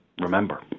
remember